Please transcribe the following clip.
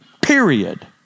Period